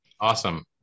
Awesome